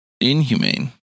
Inhumane